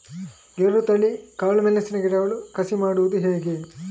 ಗೇರುತಳಿ, ಕಾಳು ಮೆಣಸಿನ ಗಿಡಗಳನ್ನು ಕಸಿ ಮಾಡುವುದು ಹೇಗೆ?